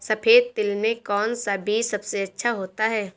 सफेद तिल में कौन सा बीज सबसे अच्छा होता है?